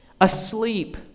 Asleep